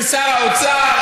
של שר האוצר?